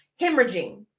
hemorrhaging